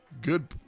good